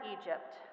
Egypt